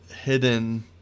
hidden